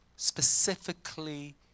specifically